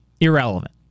Irrelevant